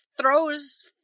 throws